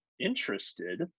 interested